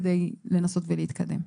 כדי לנסות ולהתקדם.